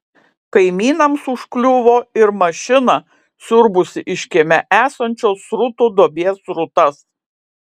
kaimynams užkliuvo ir mašina siurbusi iš kieme esančios srutų duobės srutas